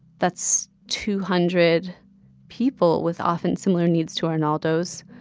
that's two hundred people with, often, similar needs to arnaldo's